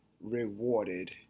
rewarded